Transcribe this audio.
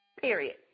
period